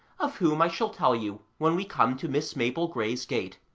of whom i shall tell you when we come to miss mabel grey's gate.